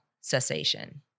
cessation